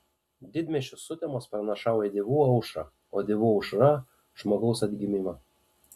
didmiesčio sutemos pranašauja dievų aušrą o dievų aušra žmogaus atgimimą